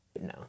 No